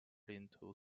into